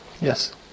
Yes